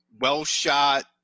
well-shot